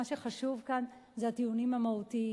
מה שחשוב כאן זה הטיעונים המהותיים,